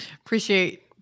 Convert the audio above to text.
Appreciate